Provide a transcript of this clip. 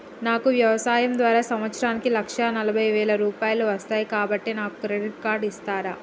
నాకు వ్యవసాయం ద్వారా సంవత్సరానికి లక్ష నలభై వేల రూపాయలు వస్తయ్, కాబట్టి నాకు క్రెడిట్ కార్డ్ ఇస్తరా?